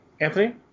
Anthony